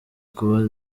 kuba